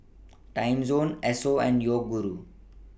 Timezone Esso and Yoguru